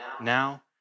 now